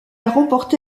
remporté